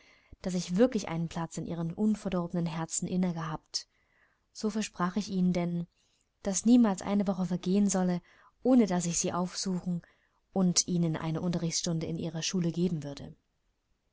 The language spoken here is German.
daß ich wirklich einen platz in ihren unverdorbenen herzen inne gehabt so versprach ich ihnen denn daß niemals eine woche vergehen solle ohne daß ich sie aufsuchen und ihnen eine unterrichtsstunde in ihrer schule geben würde